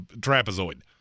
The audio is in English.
trapezoid